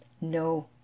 no